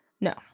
No